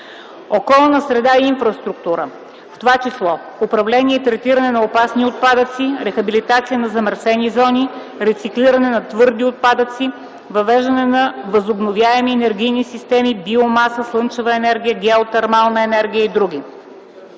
околна среда и инфраструктура, в това число управление и третиране на опасни отпадъци, рехабилитация на замърсени зони, рециклиране на твърди отпадъци, въвеждане на възобновяеми енергийни системи – биомаса, слънчева енергия, геотермална енергия и други;